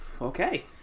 Okay